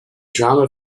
drama